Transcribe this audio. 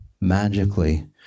magically